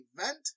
event